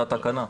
זה התקנה.